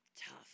tough